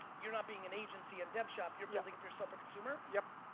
you're not being an agency in dev shop, you're building for yourself or consumer? yep.